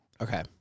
Okay